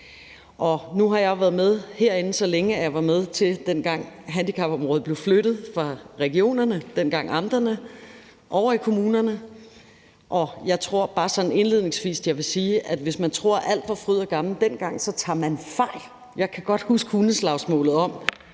Nu har jeg været med herinde så længe, at jeg var med, dengang handicapområdet blev flyttet fra regionerne – dengang hed det amterne – over i kommunerne, og jeg tror bare sådan indledningsvis, jeg vil sige, at hvis man tror, at alt var fryd og gammen dengang, så tager man fejl. Jeg kan godt huske hundeslagsmålet,